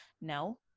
No